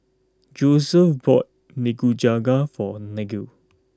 Josef bought Nikujaga for Gael